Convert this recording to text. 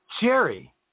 Jerry